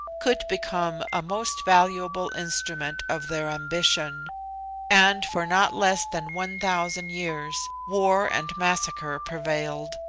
could become a most valuable instrument of their ambition and for not less than one thousand years war and massacre prevailed,